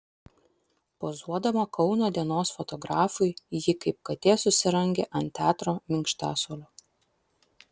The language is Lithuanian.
pozuodama kauno dienos fotografui ji kaip katė susirangė ant teatro minkštasuolio